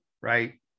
right